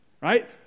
right